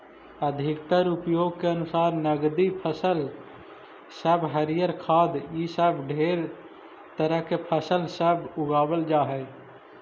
अधिकतर उपयोग के अनुसार नकदी फसल सब हरियर खाद्य इ सब ढेर तरह के फसल सब उगाबल जा हई